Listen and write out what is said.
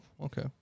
okay